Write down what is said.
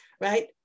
right